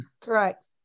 Correct